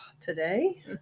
Today